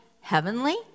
heavenly